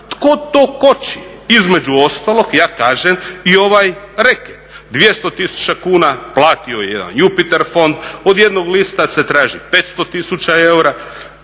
Tko to koči? Između ostalog ja kažem i ovaj reket. 200 tisuća kuna platio je jedan Jupiter fond, od jednog lista se traži 500 tisuća